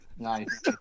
Nice